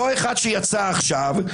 אותו אחד שיצא עכשיו,